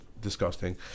disgusting